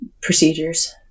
procedures